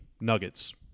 Nuggets